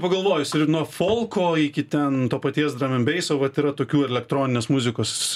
pagalvojus ir nuo folko iki ten to paties dramanbeiso vat yra tokių elektroninės muzikos